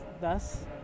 thus